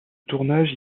tournage